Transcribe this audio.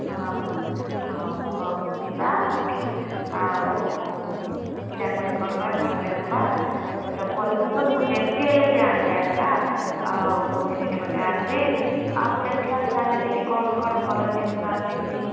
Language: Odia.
ହଁ ହଁ ହଉ ହଉ ଯିବା ଆଉ କିଣାକୁଣି କରିବା କ'ଣ ଦେଖିବା ସେ ଚପଲ ତ ମୁଁ ଯେମିତି ହେଲେ ଆଣିବି ଏକା ଆଉ ଭେନିଟ୍ ଗୋଟେ ଆଣିବି ଆଉ ଦେଖିବା ସେଠି କ'ଣ କ'ଣ ଭଲ ଜିନିଷ ଆସିଛି